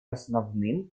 основным